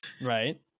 right